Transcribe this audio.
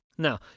Now